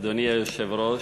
אדוני היושב-ראש,